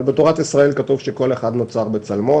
אבל בתורת ישראל כתוב שכל אחד נוצר בצלמו,